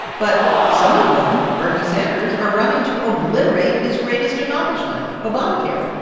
but some of them bernie sanders are running to obliterate his greatest accomplishment, obamacare.